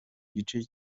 gice